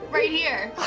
right here.